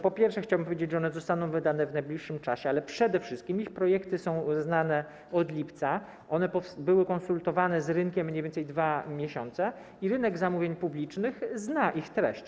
Po pierwsze, chciałbym powiedzieć, że one zostaną wydane w najbliższym czasie, ale przede wszystkim ich projekty są znane od lipca, one były konsultowane z rynkiem mniej więcej 2 miesiące i rynek zamówień publicznych zna ich treść.